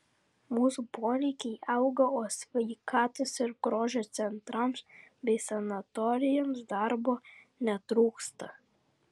mūsų poreikiai auga o sveikatos ir grožio centrams bei sanatorijoms darbo netrūksta